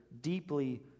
deeply